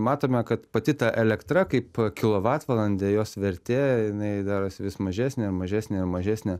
matome kad pati ta elektra kaip kilovatvalandė jos vertė jinai darosi vis mažesnė mažesnė mažesnė